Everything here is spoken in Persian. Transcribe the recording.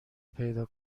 پیدا